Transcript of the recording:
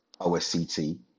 OSCT